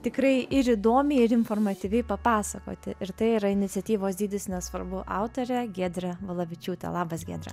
tikrai ir įdomiai ir informatyviai papasakoti ir tai yra iniciatyvos dydis nesvarbu autorė giedrė valavičiūtė labas giedre